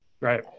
Right